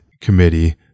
committee